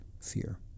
fear